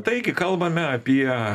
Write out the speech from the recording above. taigi kalbame apie